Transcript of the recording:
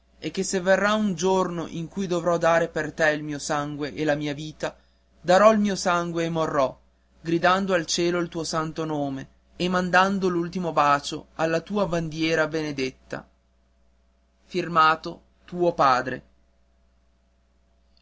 e che se verrà giorno in cui dovrò dare per te il mio sangue e la mia vita darò il mio sangue e morrò gridando al cielo il tuo santo nome e mandando l'ultimo mio bacio alla tua bandiera benedetta